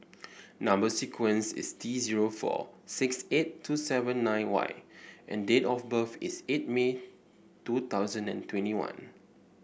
number sequence is T zero four six eight two seven nine Y and date of birth is eight May two thousand and twenty one